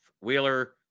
Wheeler